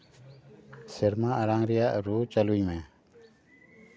ᱥᱮᱨᱢᱟ ᱟᱲᱟᱝ ᱨᱮᱭᱟᱜ ᱨᱩ ᱪᱟᱹᱞᱩᱭ ᱢᱮ